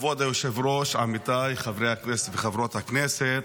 כבוד היושב-ראש, עמיתיי חברי הכנסת וחברות הכנסת,